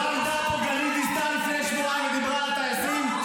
לא עמדה פה גלית דיסטל לפני שבועיים ודיברה על טייסים?